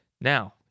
now